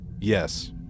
Yes